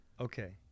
Okay